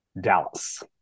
Dallas